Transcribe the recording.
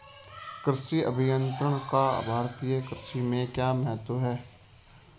कृषि अभियंत्रण का भारतीय कृषि में क्या महत्व है?